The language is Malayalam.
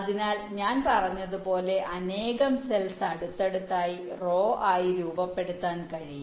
അതിനാൽ ഞാൻ പറഞ്ഞതുപോലെ അനേകം സെൽസ് അടുത്തടുത്തായി റോ ആയി രൂപപ്പെടുത്താൻ കഴിയും